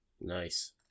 Nice